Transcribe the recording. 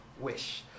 wish